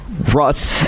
Russ